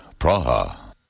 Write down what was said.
Praha